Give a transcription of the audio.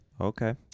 Okay